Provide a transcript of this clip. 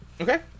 Okay